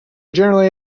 generally